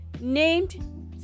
named